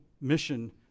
mission